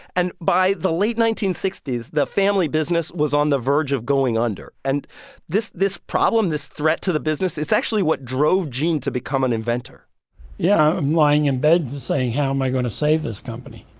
and by the late nineteen sixty s, the family business was on the verge of going under. and this this problem, this threat to the business, it's actually what drove gene to become an inventor yeah, i'm lying in bed saying, how am i going to save this company?